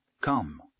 Come